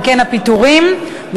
הפיטורין,